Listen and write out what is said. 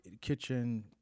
kitchen